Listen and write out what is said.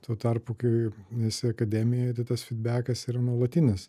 tuo tarpu kai esi akademijoj tai tas fidbekas yra nuolatinis